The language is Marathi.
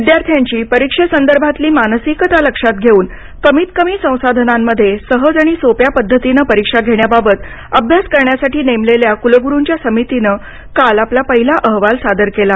विद्यार्थ्यांची परीक्षेसंदर्भातली मानसिकता लक्षात घेऊन कमीत कमी संसाधनांमध्ये सहज आणि सोप्या पद्धतीनं परीक्षा घेण्याबाबत अभ्यास करण्यासाठी नेमलेल्या कुलगुरुच्या समितीनं काल आपला पहिला अहवाल सादर केला